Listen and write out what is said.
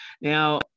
Now